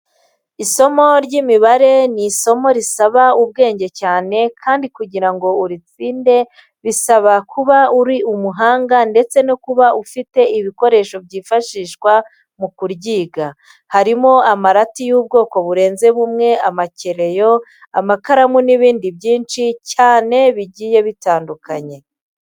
Isomo ry'imibare ni isomo risaba ubwenge cyane kandi kugira ngo uritsinde bisaba kuba uri umuhanga ndetse no kuba ufite ibikoresho byifashishwa mu kuryiga, harimo amarati y'ubwoko burenze bumwe, amakereyo, amakaramu n'ibindi byinshi cyane bigiye bitandukanye.